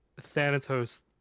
Thanatos